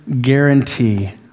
guarantee